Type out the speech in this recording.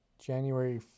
January